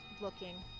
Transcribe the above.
looking